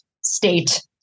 state